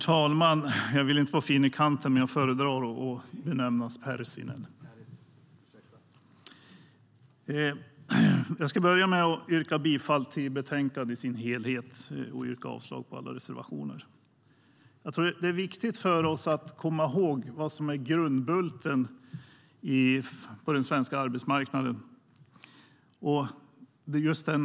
Herr talman! Jag yrkar bifall till utskottets förslag och avslag på alla reservationer. Det är viktigt att komma ihåg vad som är grundbulten i den svenska arbetsmarknaden och värna den.